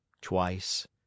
twice